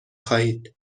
خواهید